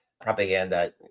propaganda